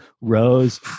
Rose